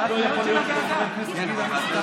ולא יכול להיות שחבר כנסת יגיד,